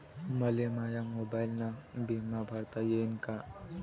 मले माया मोबाईलनं बिमा भरता येईन का?